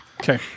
Okay